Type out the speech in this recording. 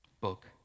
book